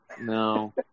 No